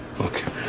Okay